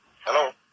Hello